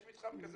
יש מתחם כזה,